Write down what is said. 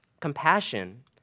compassion